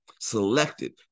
selected